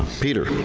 peter,